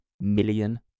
million